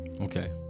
Okay